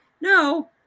No